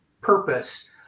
purpose